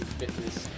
fitness